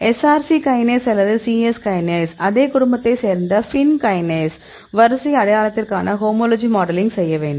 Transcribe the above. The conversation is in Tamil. SRC கைனேஸ் அல்லது C எஸ் கைனேஸ் அதே குடும்பத்தை சேர்ந்த பின் கைனேஸ் வரிசை அடையாளத்திற்கான ஹோமோலஜி மாடலிங் செய்ய வேண்டும்